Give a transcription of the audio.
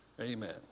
Amen